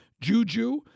Juju –